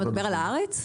אתה מדבר על הארץ?